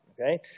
okay